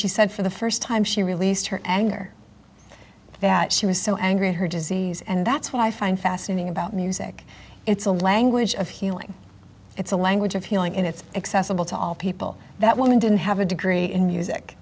she said for the first time she released her anger that she was so angry at her disease and that's what i find fascinating about music it's a language of healing it's a language of healing and it's accessible to all people that women didn't have a degree in music